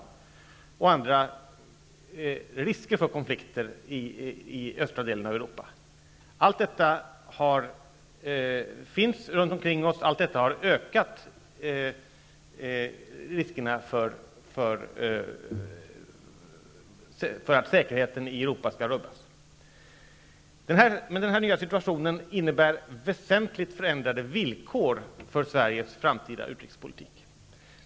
Det finns också risk för andra konflikter i östra delen av Europa. Allt detta sker runt omkring oss, och det har ökat riskerna för att säkerheten i Europa skall rubbas. Denna nya situation innebär väsentligt förändrade villkor för Sveriges framtida utrikespolitik.